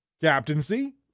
captaincy